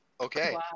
Okay